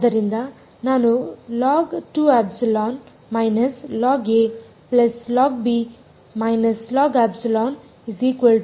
ಆದ್ದರಿಂದ ನಾನು ಅನ್ನು ಪಡೆಯಲಿದ್ದೇನೆ